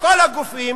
כל הגופים